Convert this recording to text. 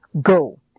Go